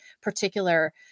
particular